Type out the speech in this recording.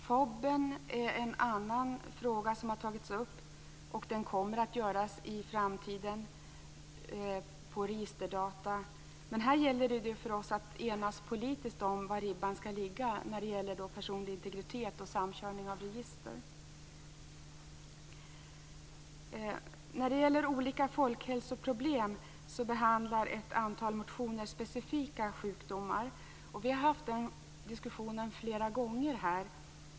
Folk och bostadsräkningen är en annan fråga som har tagits upp, och den kommer att göras i framtiden med hjälp av registerdata. Här gäller det för oss att politiskt enas om var ribban skall ligga när det gäller personlig integritet och samkörning av register. I frågan om folkhälsoproblem behandlar ett antal motioner specifika sjukdomar. Vi har haft den diskussionen flera gånger.